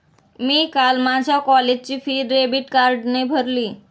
मी काल माझ्या कॉलेजची फी डेबिट कार्डने भरली